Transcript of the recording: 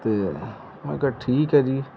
ਤੇ ਮੈਂ ਕਿਹਾ ਠੀਕ ਹੈ ਜੀ